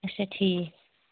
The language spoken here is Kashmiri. اچھا ٹھیٖک